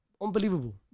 Unbelievable